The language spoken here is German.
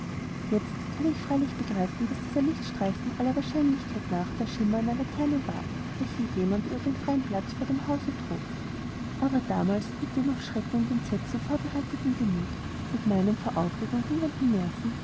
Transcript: jetzt kann ich freilich begreifen daß dieser lichtstreifen aller wahrscheinlichkeit nach der schimmer einer laterne war welche jemand über den freien platz vor dem hause trug aber damals mit dem auf schrecken und entsetzen vorbereiteten gemüt mit meinen vor aufregung bebenden nerven